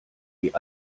die